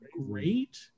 great